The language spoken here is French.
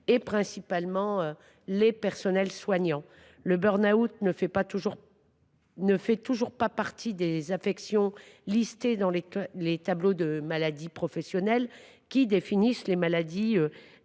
notamment le cas des personnels soignants. Le burn out ne fait toujours pas partie des affections listées dans les tableaux des maladies professionnelles, qui définissent les maladies